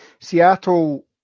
Seattle